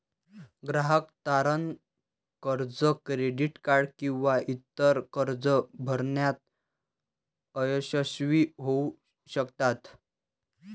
ग्राहक तारण कर्ज, क्रेडिट कार्ड किंवा इतर कर्जे भरण्यात अयशस्वी होऊ शकतात